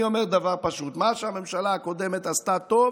אני אומר דבר פשוט: מה שהממשלה הקודמת עשתה טוב